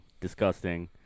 disgusting